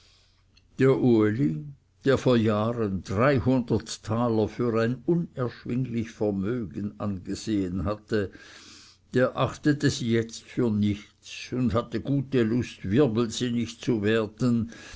der vor jahren dreihundert taler für ein unerschwinglich vermögen angesehen hatte der achtete sie jetzt für nichts und hatte gute lust wirbelsinnig zu werden